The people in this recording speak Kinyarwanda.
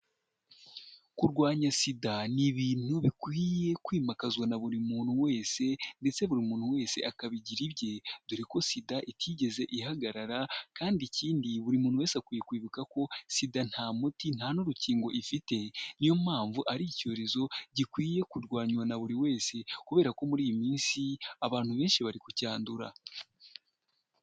Kurwanya sida ni ibintu bikwiye kwimakazwa na buri muntu wese ndetse buri muntu wese akabigira ibye dore ko sida itigeze ihagarara kandi ikindi buri muntu wese akwiye kwibuka ko sida nta muti nta n'urukingo ifite niyo mpamvu ari icyorezo gikwiye kurwanywa na buri wese kubera ko muri iyi minsi abantu benshi bari kucyandura.